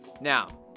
Now